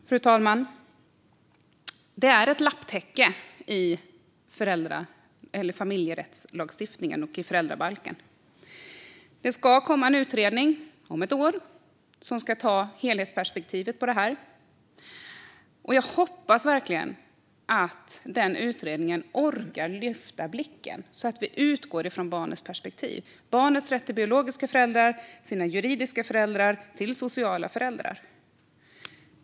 Fru talman! Familjerättslagstiftningen och föräldrabalken är ett lapptäcke. Det ska komma en utredning om ett år som ska ta ett helhetsperspektiv. Jag hoppas verkligen att den utredningen orkar lyfta blicken så att vi utgår från barnets perspektiv och barnets rätt till sina biologiska föräldrar, juridiska föräldrar och sociala föräldrar.